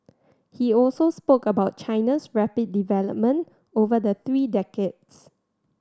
he also spoke about China's rapid development over the three decades